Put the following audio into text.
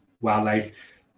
wildlife